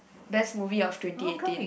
best movie of twenty eighteen